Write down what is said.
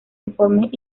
informes